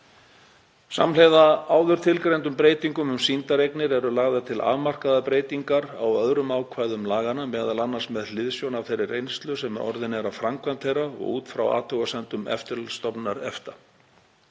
Samhliða áður tilgreindum breytingum um sýndareignir eru lagðar til afmarkaðar breytingar á öðrum ákvæðum laganna, m.a. með hliðsjón af þeirri reynslu sem orðin er á framkvæmd þeirra og út frá athugasemdum eftirlitsstofnunar EFTA.